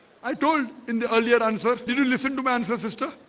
i told in the earlier answer. did you listen to mansur sister?